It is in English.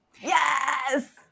Yes